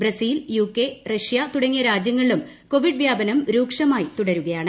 Brazil UK Russia തുടങ്ങിയ രാജ്യങ്ങളിലും Covid വ്യാപനം രൂക്ഷമായി തുടരുകയാണ്